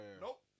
Nope